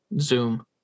Zoom